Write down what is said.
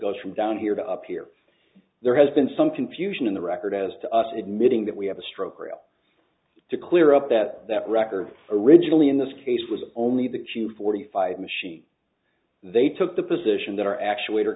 goes from down here to up here there has been some confusion in the record as to us admitting that we have a stroke real to clear up that that record originally in this case was only the q forty five machine they took the position that our actua